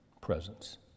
presence